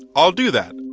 i'll do that.